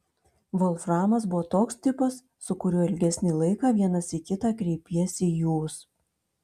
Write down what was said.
volframas buvo toks tipas su kuriuo ilgesnį laiką vienas į kitą kreipiesi jūs